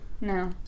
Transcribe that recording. No